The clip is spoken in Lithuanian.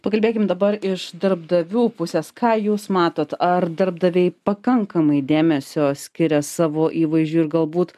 pakalbėkim dabar iš darbdavių pusės ką jūs matot ar darbdaviai pakankamai dėmesio skiria savo įvaizdžiui ir galbūt